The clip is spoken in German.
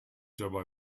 dabei